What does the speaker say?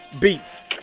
Beats